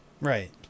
right